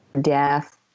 death